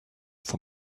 for